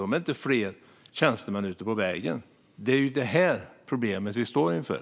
De är inte fler tjänstemän ute på vägarna. Det är detta problem som vi står inför.